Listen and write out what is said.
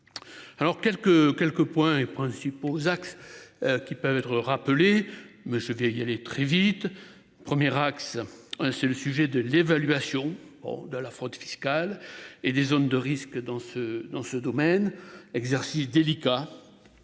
quelques quelques points et principaux axes. Qui peuvent être rappelés. Mais c'était il y allait très vite. Premier axe. C'est le sujet de l'évaluation de la fraude fiscale et des zones de risque dans ce dans ce domaine. Exercice délicat.